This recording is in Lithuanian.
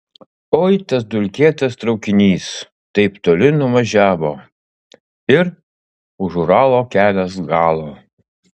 oi tas dulkėtas traukinys taip toli nuvažiavo ir už uralo kelias galo